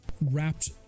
wrapped